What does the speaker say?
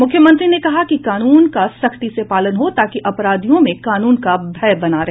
मुख्यमंत्री ने कहा कि कानून का सख्ती से पालन हो ताकि अपराधियों में कानून का भय बना रहे